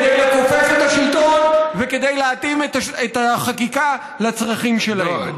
לכופף את השלטון ולהתאים את החקיקה לצרכים שלהם.